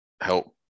help